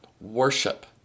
worship